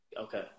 Okay